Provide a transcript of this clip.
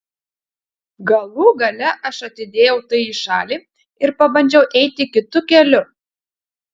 galų gale aš atidėjau tai į šalį ir pabandžiau eiti kitu keliu